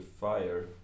fire